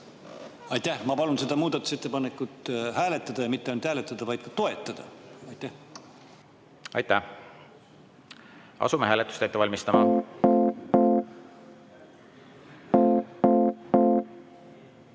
Aitäh! Ma palun seda muudatusettepanekut hääletada ja mitte ainult hääletada, vaid ka toetada. Aitäh! Asume hääletust ette valmistama.